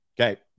okay